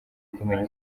kumenya